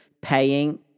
paying